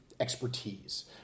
expertise